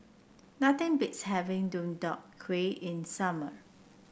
nothing beats having Deodeok Gui in summer